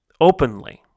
openly